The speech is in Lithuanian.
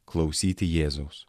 klausyti jėzaus